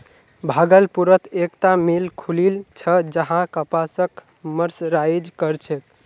भागलपुरत एकता मिल खुलील छ जहां कपासक मर्सराइज कर छेक